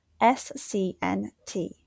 scnt